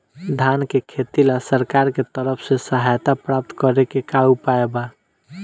धान के खेती ला सरकार के तरफ से सहायता प्राप्त करें के का उपाय बा?